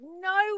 No